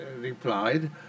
replied